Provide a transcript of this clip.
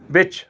ਵਿੱਚ